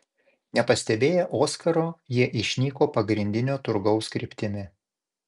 nepastebėję oskaro jie išnyko pagrindinio turgaus kryptimi